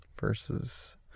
versus